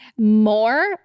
More